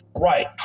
Right